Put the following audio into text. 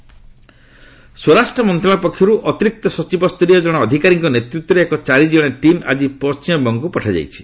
ମହା ଡବ୍ୟୁବି ସ୍ୱରାଷ୍ଟ୍ର ମନ୍ତ୍ରଣାଳୟ ପକ୍ଷରୁ ଅତିରିକ୍ତ ସଚିବ ସ୍ତରୀୟ ଜଣେ ଅଧିକାରୀଙ୍କ ନେତୃତ୍ୱରେ ଏକ ଚାରିଜଣିଆ ଟିମ୍ ଆଜି ପଶ୍ଚିମବଙ୍ଗକୁ ପଠାଯାଇଛି